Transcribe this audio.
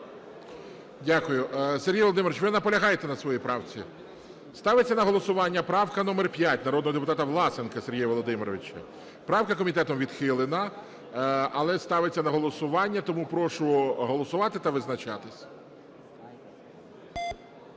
Дякую. Сергій Володимирович, ви наполягаєте на своїй правці? Ставиться на голосування правка номер 5 народного депутата Власенка Сергія Володимировича. Правка комітетом відхилена, але ставиться на голосування. Тому прошу голосувати та визначатись.